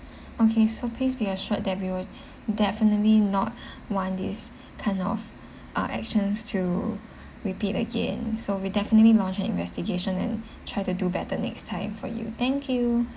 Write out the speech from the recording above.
okay so please be assured that we would definitely not want this kind of uh actions to repeat again so we definitely launched an investigation and try to do better next time for you thank you